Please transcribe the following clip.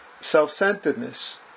self-centeredness